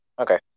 Okay